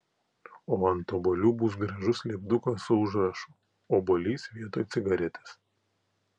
o ant obuolių bus gražus lipdukas su užrašu obuolys vietoj cigaretės